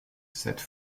cette